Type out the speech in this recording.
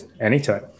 Anytime